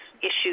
issues